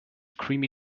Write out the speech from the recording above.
creamy